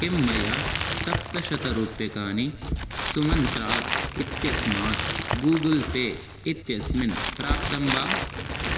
किं मया सप्तशतरूप्यकाणि सुमन्त्रात् इत्यस्मात् गूगुल् पे इत्यस्मिन् प्राप्तं वा